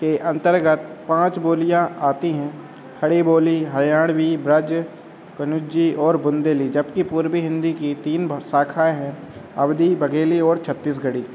के अन्तर्गत पाँच बोलियाँ आती हैं खड़ी बोली हरियाणवी ब्रज कन्नौजी और बुन्देली जबकि पूर्वी हिन्दी की तीन शाखाएँ हैं अवधी बाघेली ओर छत्तीसगढ़ी